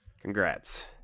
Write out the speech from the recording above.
congrats